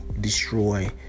destroy